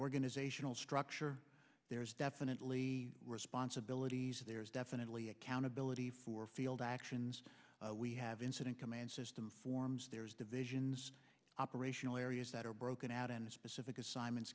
organizational structure there's definitely responsibilities there's definitely accountability for field actions we have incident command system forms there's divisions operational areas that are broken out into specific assignments